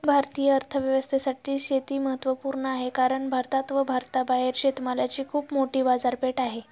भारतीय अर्थव्यवस्थेसाठी शेती महत्वपूर्ण आहे कारण भारतात व भारताबाहेर शेतमालाची खूप मोठी बाजारपेठ आहे